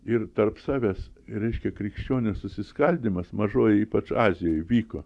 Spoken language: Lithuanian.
ir tarp savęs reiškia krikščionių susiskaldymas mažojoj ypač azijoj vyko